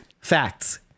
Facts